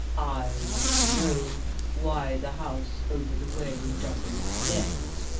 i want to know why the house over the way doesn't let,